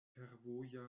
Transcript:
fervoja